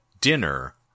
Dinner